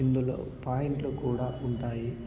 ఇందులో పాయింట్లు కూడా ఉంటాయి